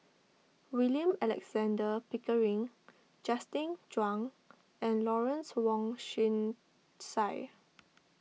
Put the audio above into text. William Alexander Pickering Justin Zhuang and Lawrence Wong Shyun Tsai